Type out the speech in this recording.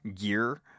gear